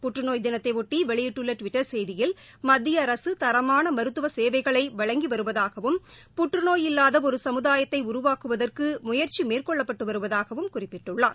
புற்றுநோய் தினத்தையொட்டி வெளியிட்டுள்ள டுவிட்டர் செய்தியில் மத்திய அரசு தரமான மருத்துவ சேவைகளை வழங்கி வருவதாகவும் புற்றுநோயில்வாத ஒரு கமுதாயத்தை உருவாக்குவதற்கு முயற்சி மேற்கொள்ளப்பட்டு வருவதாகவும் அவர் குறிப்பிட்டுள்ளார்